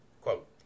Quote